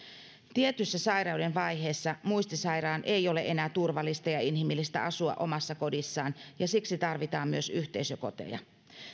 tietyssä sairauden vaiheessa muistisairaan ei ole enää turvallista ja ja inhimillistä asua omassa kodissaan ja siksi tarvitaan myös yhteisökoteja